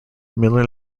miller